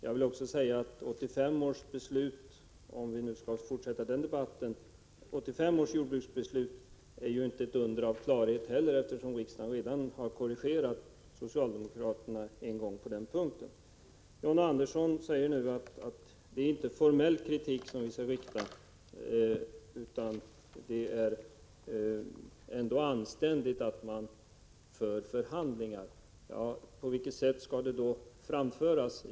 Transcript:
Jag vill också säga att 1985 års jordbrukspolitiska beslut — om vi nu skall fortsätta debatten om detta — inte heller är ett under av klarhet, eftersom riksdagen redan har korrigerat socialdemokraterna en gång på den punkten. John Andersson säger att det är inte formell kritik vi skall framföra, utan det är ändå anständigt att det förs förhandlingar. Ja, på vilket sätt skall då synpunkterna framföras?